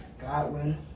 Godwin